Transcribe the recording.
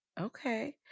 Okay